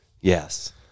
Yes